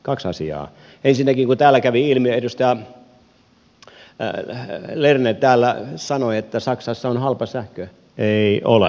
ensinnäkin kun täällä kävi ilmi edustaja lerner täällä sanoi että saksassa on halpa sähkö ei ole